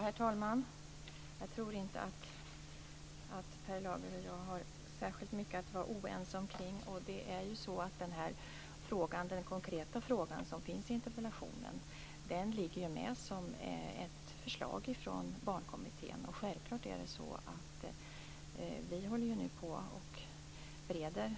Herr talman! Jag tror inte att Per Lager och jag har särskilt mycket att vara oense omkring. Det konkreta förslag som finns i interpellationen ligger med som ett förslag från Barnkommittén. Vi håller nu på och bereder